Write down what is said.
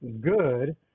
good